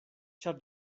ĉar